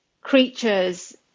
creatures